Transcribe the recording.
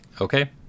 okay